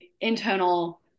internal